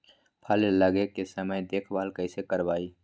फल लगे के समय देखभाल कैसे करवाई?